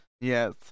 Yes